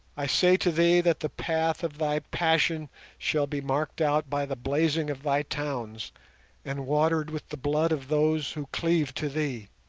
i say to thee that the path of thy passion shall be marked out by the blazing of thy towns and watered with the blood of those who cleave to thee.